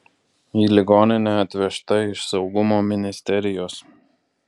į ligoninę atvežta iš saugumo ministerijos